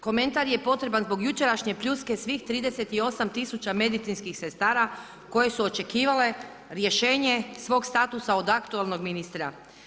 Komentar je potreban zbog jučerašnje pljuske svih 38 tisuća medicinskih sestara koje su očekivale rješenje svog statusa od aktualnog ministra.